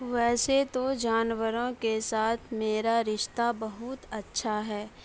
ویسے تو جانوروں کے ساتھ میرا رشتہ بہت اچھا ہے